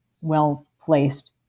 well-placed